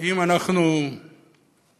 האם אנחנו באמת